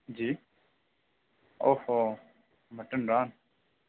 جی اوففوہ مٹن ران